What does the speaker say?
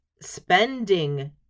spending